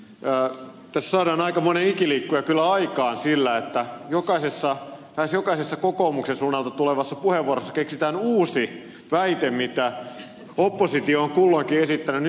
tässä saadaan kyllä aikamoinen ikiliikkuja aikaan sillä että lähes jokaisessa kokoomuksen suunnalta tulevassa puheenvuorossa keksitään uusi väite mitä oppositio on kulloinkin esittänyt